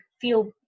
feel